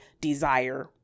desire